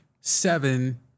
seven